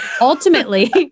ultimately